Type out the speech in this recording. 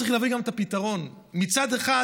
צריך להביא גם את הפתרון: מצד אחד,